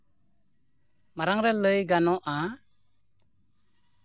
ᱢᱟᱲᱟᱝ ᱨᱮ ᱞᱟᱹᱭ ᱜᱟᱱᱚᱜᱼᱟ